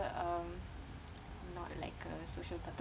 um not like a social butter~